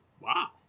Wow